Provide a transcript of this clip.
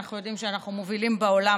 אנחנו יודעים שאנחנו מובילים בעולם,